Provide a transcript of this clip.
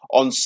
on